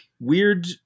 weird